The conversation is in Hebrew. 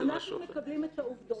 אנחנו מקבלים את העובדות